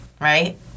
right